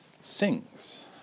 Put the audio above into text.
sings